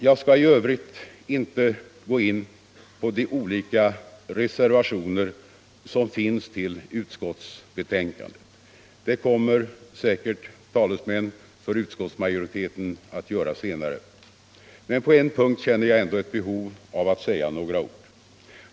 Jag skall i övrigt inte gå in på de olika reservationer som finns till utskottsbetänkandet — det kommer säkert talesmän för utskottsmajoriteten all göra senare. Men på en punkt känner jag ändå ett behov av utt säga några ord.